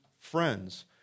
friends